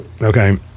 Okay